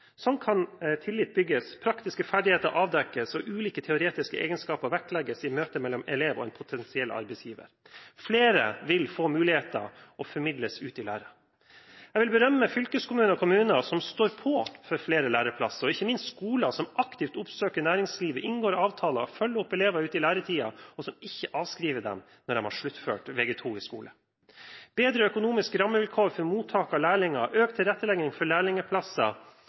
Sånn kan tillit bygges, praktiske ferdigheter avdekkes og ulike teoretiske egenskaper vektlegges i møtet mellom elev og en potensiell arbeidsgiver. Flere vil få muligheter og formidles ut i lære. Jeg vil berømme fylkeskommuner og kommuner som står på for flere læreplasser, og ikke minst skoler som aktivt oppsøker næringslivet, inngår avtaler, følger opp elever ute i læretiden, og som ikke avskriver dem når de har sluttført Vg2 i skolen. Bedre økonomiske rammevilkår for mottak av lærlinger, økt tilrettelegging for lærlingplasser